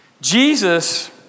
Jesus